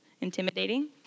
intimidating